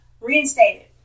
reinstated